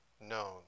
known